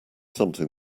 something